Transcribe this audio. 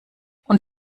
und